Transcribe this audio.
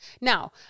Now